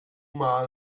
mal